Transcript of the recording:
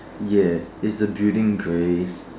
ya is the building grey